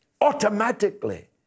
Automatically